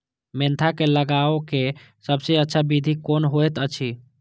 Mentha के लगवाक सबसँ अच्छा विधि कोन होयत अछि?